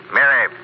Mary